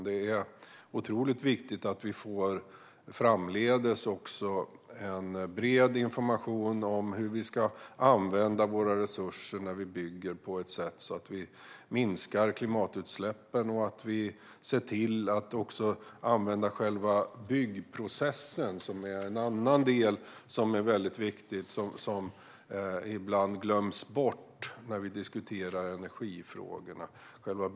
Det är otroligt viktigt att vi framdeles får bred information om hur vi ska använda våra resurser när vi bygger på ett sätt som minskar klimatutsläppen. Vi måste också använda själva byggprocessen, som är en annan viktig del. Dess klimatpåverkan glöms ibland bort när vi diskuterar energifrågorna.